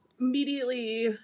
immediately